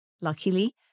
Luckily